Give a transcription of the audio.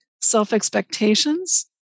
self-expectations